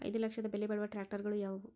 ಐದು ಲಕ್ಷದ ಬೆಲೆ ಬಾಳುವ ಟ್ರ್ಯಾಕ್ಟರಗಳು ಯಾವವು?